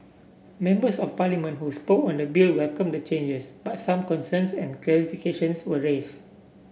members of Parliament who spoke on the bill welcome the changes but some concerns and clarifications were raise